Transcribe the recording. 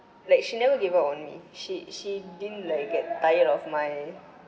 like she never gave up on me she she didn't like get tired of my